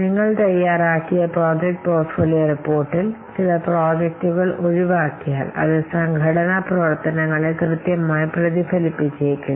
നിങ്ങൾ തയ്യാറാക്കിയ project portfolio റിപ്പോർട്ടിൽ ചില പ്രോജക്റ്റുകൾ ഒഴിവാക്കിയാൽ അത് സംഘടനാ പ്രവർത്തനങ്ങളെ കൃത്യമായി പ്രതിഫലിപ്പിച്ചേക്കില്ല